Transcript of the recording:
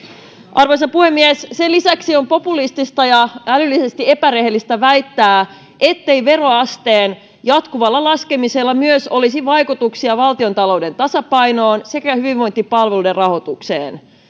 arvoisa puhemies sen lisäksi on populistista ja älyllisesti epärehellistä väittää ettei veroasteen jatkuvalla laskemisella myös olisi vaikutuksia valtiontalouden tasapainoon sekä hyvinvointipalveluiden rahoitukseen